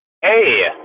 Hey